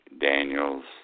Daniels